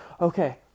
Okay